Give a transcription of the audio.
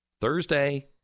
thursday